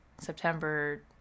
September